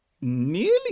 nearly